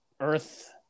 Earth